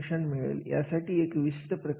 कार्याचे मूल्यमापन पद्धती विषय आपण बोलणार आहोत